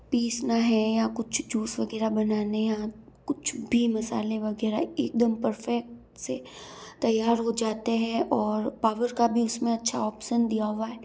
पीसना है या कुछ जूस वग़ैरह बनाने आप कुछ भी मसाले वग़ैरह एक दम परफ़ेक्ट से तैयार हो जाते हैं और पावर का भी इस में अच्छा ऑप्सन दिया हुआ है